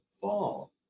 fall